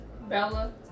bella